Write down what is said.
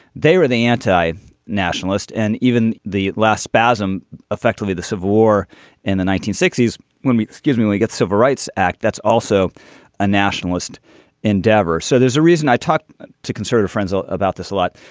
they were the anti nationalist and even the last spasm effectively the civil war in the nineteen sixty s when we excuse me we get civil rights act that's also a nationalist endeavor. so there's a reason i talked to conservative friends ah about this a lot.